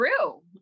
true